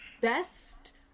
best